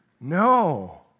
No